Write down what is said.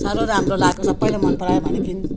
साह्रो राम्रो लाएको सबैले मन परायो भनेकी थिइन्